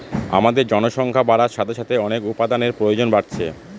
আমাদের জনসংখ্যা বাড়ার সাথে সাথে অনেক উপাদানের প্রয়োজন বাড়ছে